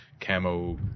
Camo